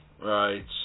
right